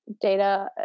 Data